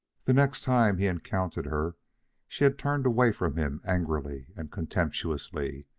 the next time he encountered her she had turned away from him angrily and contemptuously.